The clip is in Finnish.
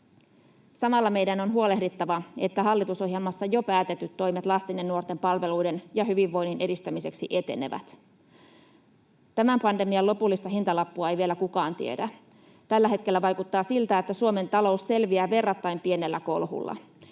Samalla meidän on huolehdittava, että hallitusohjelmassa jo päätetyt toimet lasten ja nuorten palveluiden ja hyvinvoinnin edistämiseksi etenevät. Tämän pandemian lopullista hintalappua ei vielä kukaan tiedä. Tällä hetkellä vaikuttaa siltä, että Suomen talous selviää verrattain pienellä kolhulla.